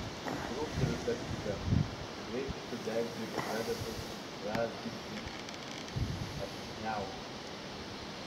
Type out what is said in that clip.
brūkšteliu per stygas greitai suderinu ir pradedu brązginti apsiniaukę